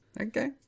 Okay